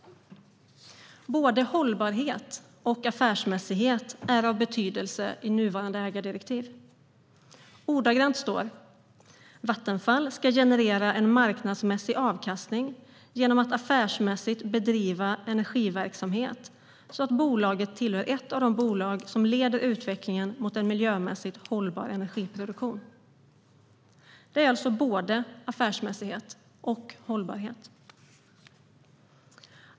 Både hållbarhet och affärsmässighet är av betydelse i nuvarande ägardirektiv. Ordagrant står: "Vattenfall ska generera en marknadsmässig avkastning genom att affärsmässigt bedriva energiverksamhet så att bolaget tillhör ett av de bolag som leder utvecklingen mot en miljömässigt hållbar energiproduktion." Det är alltså både affärsmässighet och hållbarhet.